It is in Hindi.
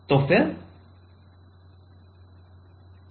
तो फिर HF